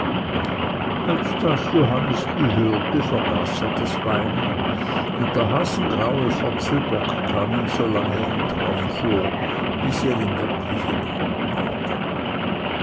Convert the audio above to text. als das johannesli hörte vergaß er das weinen und der hasengraue fotzelbock kam ihm so lange im traum vor bis er ihn wirklich in händen hatte